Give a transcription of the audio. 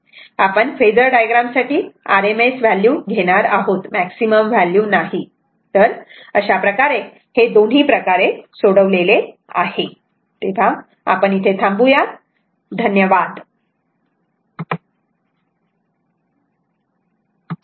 आपण phasor diagram साठी RMS value घेणार आहोत मॅक्सिमम व्हॅल्यू नाही असे हे दोन्ही प्रकारे सोडवलेले आहे